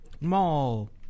mall